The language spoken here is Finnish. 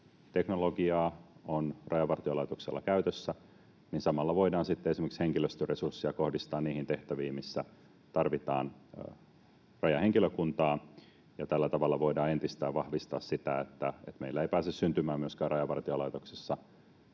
teknologiaa, niin samalla voidaan sitten esimerkiksi henkilöstöresursseja kohdistaa niihin tehtäviin, missä tarvitaan rajahenkilökuntaa, ja tällä tavalla voidaan entisestään vahvistaa sitä, että meillä ei pääse syntymään myöskään Rajavartiolaitoksessa